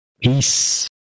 Peace